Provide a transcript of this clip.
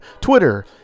twitter